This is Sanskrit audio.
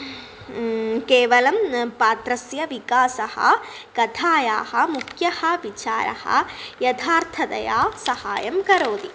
केवलं पात्रस्य विकासः कथायाः मुख्यः विचारः यथार्थतया सहायं करोति